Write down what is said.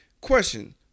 Question